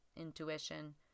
intuition